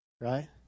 right